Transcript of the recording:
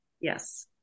Yes